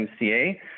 mca